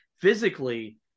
physically